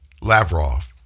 Lavrov